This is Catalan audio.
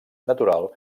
natural